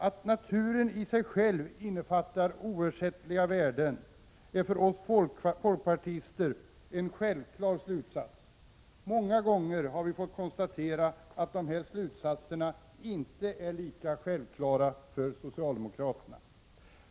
Att naturen i sig själv innefattar oersättliga värden är för oss folkpartister en självklar slutsats. Många gångar har vi fått konstatera att dessa slutsatser inte är lika självklara för socialdemokraterna.